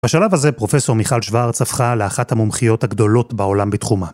בשלב הזה פרופסור מיכאל שווארץ הפכה לאחת המומחיות הגדולות בעולם בתחומה.